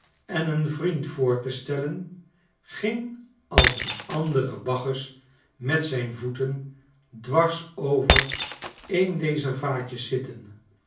en een vriend voor te stellen ging als een andere bacchus met zijn voeten dwars over een dezer vaatjes zitten